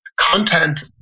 Content